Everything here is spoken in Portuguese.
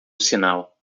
sinal